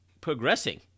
progressing